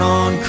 on